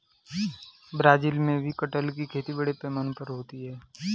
Brazil में भी कटहल की खेती बड़े पैमाने पर होती है